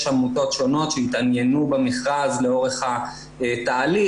עמותות שונות שהתעניינו במכרז לאורך התהליך.